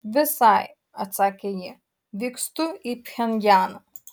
visai atsakė ji vykstu į pchenjaną